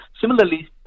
Similarly